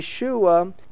Yeshua